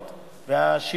ובכן,